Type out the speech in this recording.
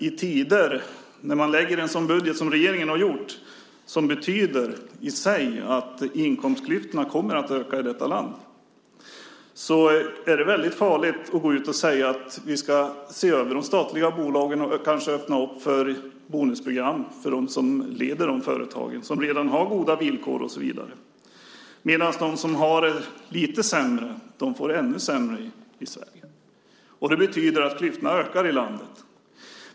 I tider då man lägger en sådan budget som regeringen har gjort, som i sig betyder att inkomstklyftorna kommer att öka i detta land, är det väldigt farligt att gå ut och säga att vi ska se över de statliga bolagen och kanske öppna upp för bonusprogram för dem som leder de företagen, som redan har goda villkor och så vidare. De som har det lite sämre får det däremot ännu sämre i Sverige. Det betyder att klyftorna ökar i landet.